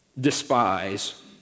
despise